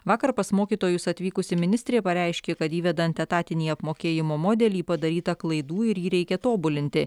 vakar pas mokytojus atvykusi ministrė pareiškė kad įvedant etatinį apmokėjimo modelį padaryta klaidų ir jį reikia tobulinti